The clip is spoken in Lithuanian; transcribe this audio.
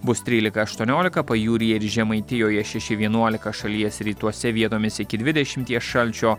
bus trylika aštuoniolika pajūryje ir žemaitijoje šeši vienuolika šalies rytuose vietomis iki dvidešimties šalčio